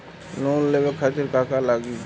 Loan लेवे खातीर का का लगी?